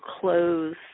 close